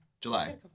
July